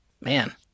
Man